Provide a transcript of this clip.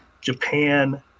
Japan